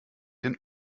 den